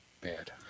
Bad